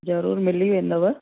जरूर मिली वेंदव